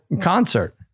concert